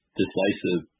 decisive